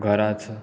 गरज